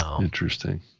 Interesting